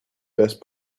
best